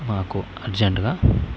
మాకు అర్జెంటుగా